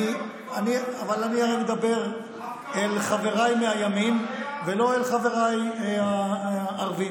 אבל אני הרי מדבר אל חבריי מהימין ולא אל חבריי הערבים.